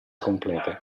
complete